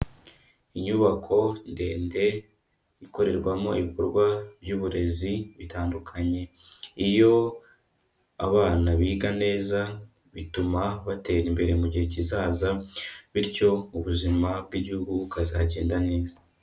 Inyubako ndende ikorerwamo ibikorwa by'uburezi bitandukanye, iyo abana biga neza bituma batera imbere mu gihe kizaza, bityo ubuzima bw'igihugu bukazagenda neza.